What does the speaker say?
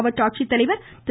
மாவட்ட ஆட்சித்தலைவர் திரு